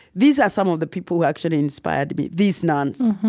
these are some of the people who actually inspired me, these nuns,